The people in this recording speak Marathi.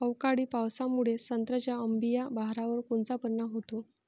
अवकाळी पावसामुळे संत्र्याच्या अंबीया बहारावर कोनचा परिणाम होतो?